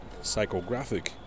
psychographic